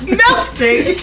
melting